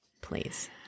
please